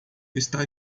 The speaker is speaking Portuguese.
está